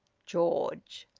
george!